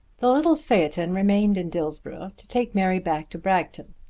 the little phaeton remained in dillsborough to take mary back to bragton.